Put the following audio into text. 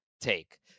take